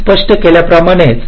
मी स्पष्ट केल्याप्रमाणेच